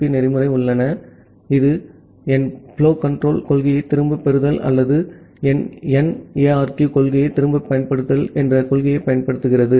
B protocol உள்ளன இது N flow கன்ட்ரோல்க் கொள்கைகளைத் திரும்பப் பெறுதல் அல்லது என் ARQ கொள்கையைத் திரும்பப் பயன்படுத்துதல் என்ற கொள்கையைப் பயன்படுத்துகிறது